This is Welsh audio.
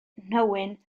nhywyn